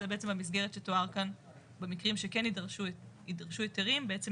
זאת בעצם המסגרת שתוארה כאן במקרים שכן ידרשו היתרים בעצם